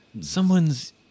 someone's